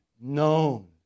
known